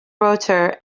rotor